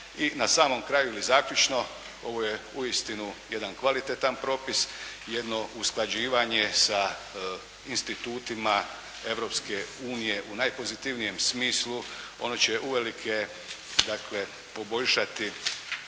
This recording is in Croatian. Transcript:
I na samom kraju ili zaključno, ovo je uistinu jedan kvalitetan propis, jedno usklađivanje sa institutima Europske u nije u najpozitivnijem smislu. Ono će uvelike, dakle poboljšati,